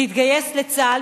להתגייס לצה"ל,